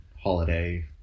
holiday